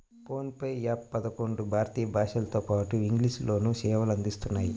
phone pay app పదకొండు భారతీయ భాషలతోపాటు ఇంగ్లీష్ లోనూ సేవలు అందిస్తున్నాయి